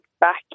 back